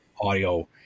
audio